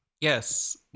Yes